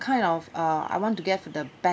kind of uh I want to get the